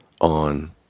on